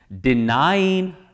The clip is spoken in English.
denying